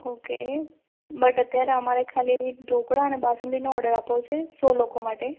okay but અટેરે અમારે ખાલી ઢોકળા અને બાસુંદીનો ઓર્ડર આપવો છે સો લોકો માટે